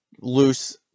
loose